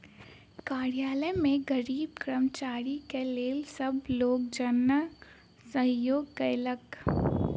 कार्यालय में गरीब कर्मचारी के लेल सब लोकजन सहयोग केलक